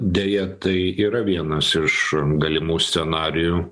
deja tai yra vienas iš galimų scenarijų